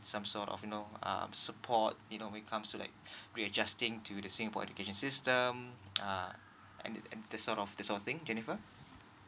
some sort of you know um support you know when comes to like readjust things to the singapore education system uh and and this sort of this sort of things jennifer